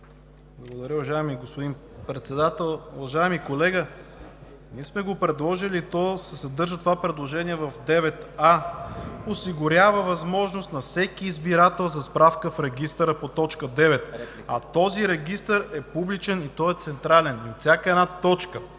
България): Уважаеми господин Председател, уважаеми колега! Ние сме го предложили. Това предложение се съдържа в т. 9а – осигурява възможност на всеки избирател за справка в регистъра по т. 9. А този регистър е публичен и той е централен. От всяка една точка